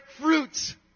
Fruits